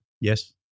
Yes